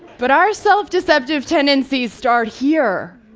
but our self-deceptive tendencies start here.